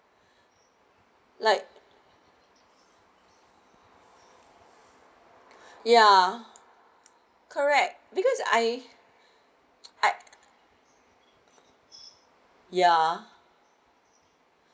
like ya correct I I ya